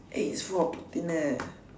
egg is full of protein eh